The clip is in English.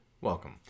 Welcome